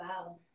wow